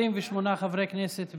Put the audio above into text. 28 חברי כנסת בעד.